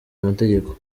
amategeko